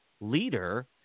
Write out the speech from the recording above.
leader –